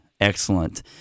excellent